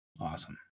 Awesome